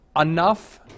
Enough